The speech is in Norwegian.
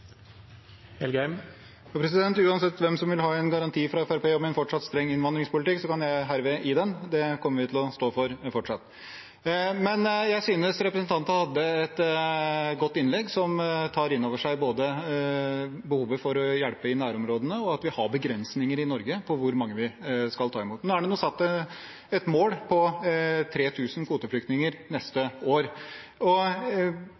Uansett hvem som vil ha en garanti fra Fremskrittspartiet om en fortsatt streng innvandringspolitikk, kan jeg herved gi den. Det kommer vi til å stå for fortsatt. Jeg synes representanten hadde et godt innlegg, som tar inn over seg både behovet for å hjelpe i nærområdene og at vi har begrensninger i Norge på hvor mange vi skal ta imot. Nå er det satt et mål på 3 000 kvoteflyktninger neste